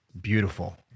beautiful